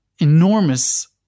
enormous